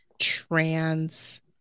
trans